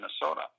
Minnesota